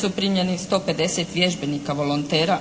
su primljeni 150 vježbenika volontera,